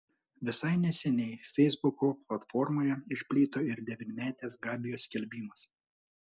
visai neseniai feisbuko platformoje išplito ir devynmetės gabijos skelbimas